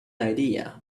idea